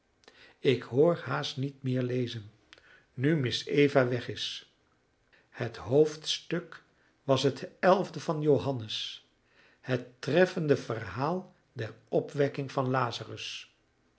ik hoor haast niet meer lezen nu miss eva weg is het hoofdstuk was het elfde van johannes het treffende verhaal der opwekking van lazarus